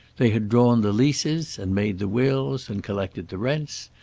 they had drawn the leases, and made the wills, and collected the rents,